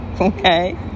okay